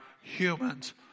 Humans